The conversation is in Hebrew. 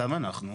גם אנחנו.